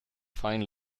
fine